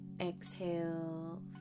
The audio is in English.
exhale